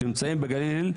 שנמצאים בגליל,